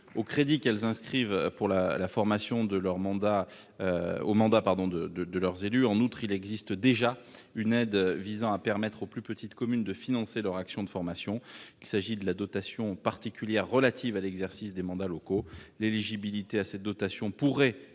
aux crédits qu'elles inscrivent pour la formation de leurs élus. En outre, il existe déjà une aide visant à permettre aux plus petites communes de financer leurs actions de formation : il s'agit de la dotation particulière relative à l'exercice des mandats locaux. L'éligibilité à cette dotation pourrait